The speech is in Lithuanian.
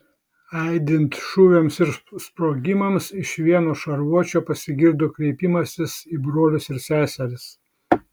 aidint šūviams ir sprogimams iš vieno šarvuočio pasigirdo kreipimasis į brolius ir seseris